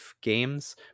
games